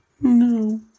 No